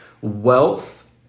Wealth